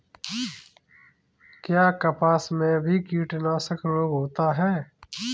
क्या कपास में भी कीटनाशक रोग होता है?